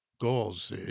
goals